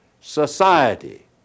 society